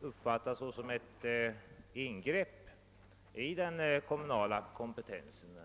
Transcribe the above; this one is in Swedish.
uppfattats som ingrepp i den kommunala kompetensen.